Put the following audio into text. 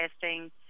testing